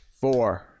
four